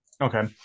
okay